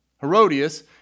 Herodias